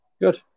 good